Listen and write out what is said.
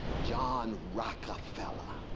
john rockefeller,